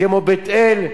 כמו בית-אל,